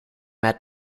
met